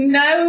no